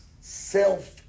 self